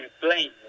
blame